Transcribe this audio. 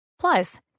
Plus